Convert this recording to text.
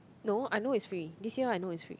no I know it's free this year one I know it's free